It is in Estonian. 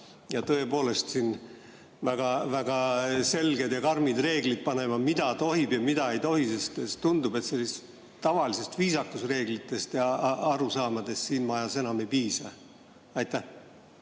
ja väga-väga selged ja karmid reeglid panema, mida tohib ja mida ei tohi? Tundub, et tavalistest viisakusreeglitest ja arusaamadest siin majas enam ei piisa. Aitäh!